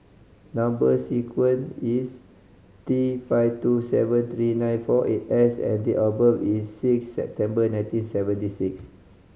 number sequence is T five two seven three nine four eight S and date of birth is six September nineteen seventy six